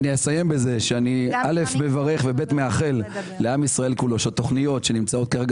אני מברך ומאחל לעם ישראל כולו שהתוכניות שנמצאות כרגע